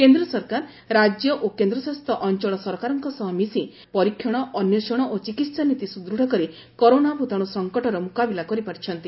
କେନ୍ଦ୍ର ସରକାର ରାଜ୍ୟ ଓ କେନ୍ଦ୍ରଶାସିତ ଅଞ୍ଚଳ ସରକାରଙ୍କ ସହ ମିଶି କେନ୍ଦ୍ର ସରକାର ପରୀକ୍ଷଣ ଅନ୍ଧେଷଣ ଓ ଚିକିତ୍ସା ନୀତି ସୁଦୂଢ଼ କରି କରୋନା ଭୂତାଣୁ ସଂକଟର ମୁକାବିଲା କରିପାରିଛନ୍ତି